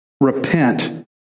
Repent